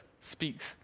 speaks